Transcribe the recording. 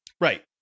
Right